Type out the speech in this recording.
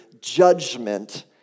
judgment